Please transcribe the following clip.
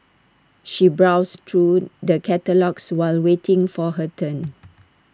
she browsed through the catalogues while waiting for her turn